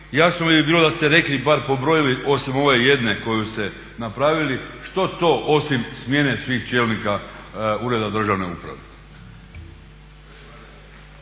Jasno bi bilo da ste rekli, bar pobrojali, osim ove jedne koju ste napravili, što to osim smjene svih čelnika ureda državne uprave.